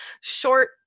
short